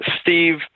Steve